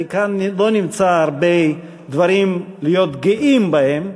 כי כאן לא נמצא הרבה דברים להיות גאים בהם.